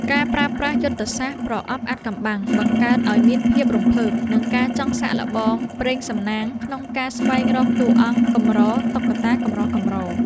ការប្រើប្រាស់យុទ្ធសាស្ត្រ ប្រអប់អាថ៌កំបាំង បង្កើតឱ្យមានភាពរំភើប និងការចង់សាកល្បងព្រេងសំណាងក្នុងការស្វែងរកតួអង្គកម្រតុក្កតាកម្រៗ។